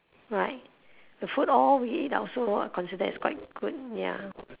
right the food all we eat also consider as quite good ya